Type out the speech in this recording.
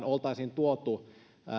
oltaisiin tuotu